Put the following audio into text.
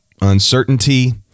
Uncertainty